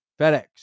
FedEx